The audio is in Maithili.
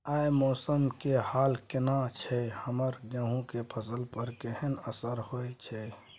आय मौसम के हाल केहन छै हमर गेहूं के फसल पर केहन असर होय छै?